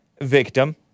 victim